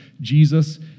Jesus